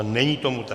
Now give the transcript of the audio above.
Není tomu tak.